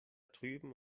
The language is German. drüben